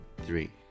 three